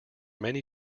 many